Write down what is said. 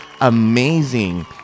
Amazing